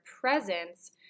presence